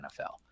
NFL